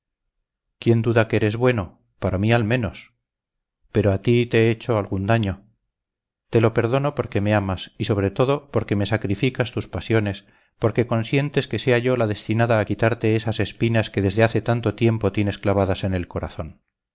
quién duda que eres bueno para mí al menos pero a ti te he hecho algún daño te lo perdono porque me amas y sobre todo porque me sacrificas tus pasiones porque consientes que sea yo la destinada a quitarte esas espinas que desde hace tanto tiempo tienes clavadas en el corazón